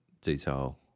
detail